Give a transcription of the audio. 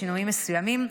בשינויים מסוימים,